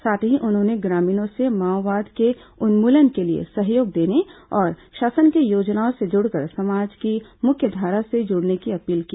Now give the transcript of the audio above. साथ ही उन्होंने ग्रामीणों से माओवाद के उन्मूलन के लिए सहयोग देने और शासन की योजनाओं से जुड़कर समाज की मुख्यधारा से जुड़ने की अपील की